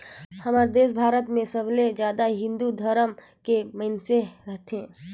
हमर देस भारत मे सबले जादा हिन्दू धरम के मइनसे रथें